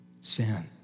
Sin